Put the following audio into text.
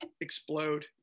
explode